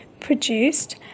produced